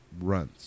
Runs